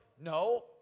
No